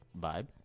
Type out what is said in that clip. vibe